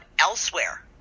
elsewhere